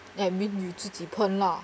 then I mean 你自己喷 lah